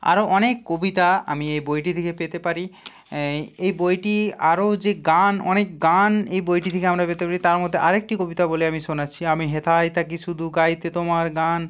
আরও অনেক কবিতা আমি এই বইটি থেকে পেতে পারি এই বইটি আরও যে গান অনেক গান এই বইটি থেকে আমরা পেতে পারি তার মধ্যে আর একটি কবিতা বলে আমি শোনাচ্ছি আমি হেথায় থাকি শুধু গাইতে তোমার গান